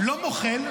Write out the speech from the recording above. לא מוחל.